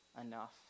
enough